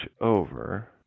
over